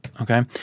Okay